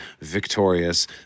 victorious